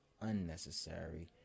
unnecessary